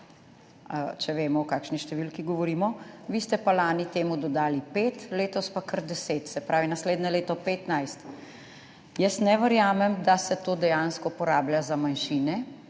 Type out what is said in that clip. če vemo, o kakšni številki govorimo. Vi ste pa lani temu dodali 5, letos pa kar 10 milijonov, se pravi naslednje leto 15. Jaz ne verjamem, da se to dejansko porablja za manjšine,